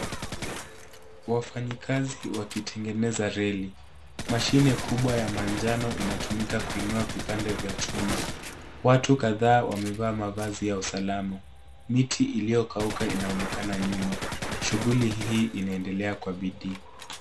Wafanyakazi wakitengeneza reli. Mashine kubwa ya manjano inatumika kuinua vipande vya chuma. Watu kadhaa wamevaa mavazi ya usalama. Miti iliyokauka inaonekana nyuma. Shughuli hii inaendelea kwa bidii.